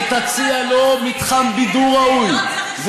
ותציע לו מתחם בידור ראוי,